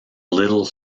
little